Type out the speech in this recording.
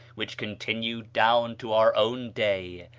which continued down to our own day.